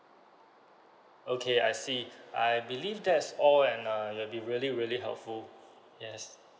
okay I see I believe that's all and uh you've been really really helpful yes